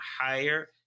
higher